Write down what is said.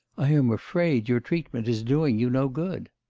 i am afraid your treatment is doing you no good